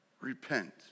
Repent